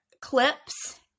clips